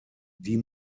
die